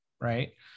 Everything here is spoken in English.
Right